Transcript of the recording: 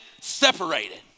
separated